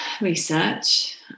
research